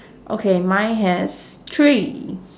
okay mine has three